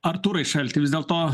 artūrai šalti vis dėlto